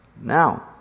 Now